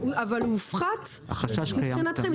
אבל מופחת מבחינתכם?